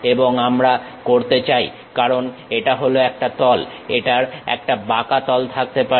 এবং আমরা করতে চাই কারণ এটা হল একটা তল এটার একটা বাঁকা তল থাকতে পারে